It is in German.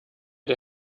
der